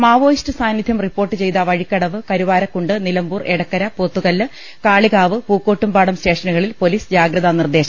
Maoist സാന്നിധ്യം report ചെയ്ത Vazhikkadavu Karuvarakundu Nilambur Edakkara Pothukallu Kalikavu Pookkottumpadam സ്റ്റേഷനുകളിൽ പൊലീസ് ജാഗ്രതാ നിർദേശം നൽകി